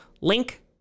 link